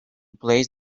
place